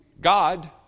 God